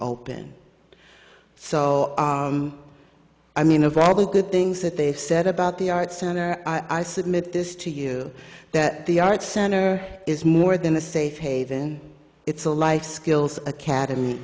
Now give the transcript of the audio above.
open so i mean of probably good things that they said about the art center i submit this to you that the art center is more than a safe haven it's a life skills academy